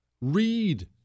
read